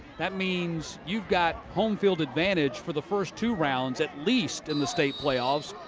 that means you've got home-field advantage for the first two rounds, at least, in the state playoffs.